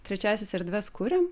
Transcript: trečiąsias erdves kuriam